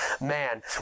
man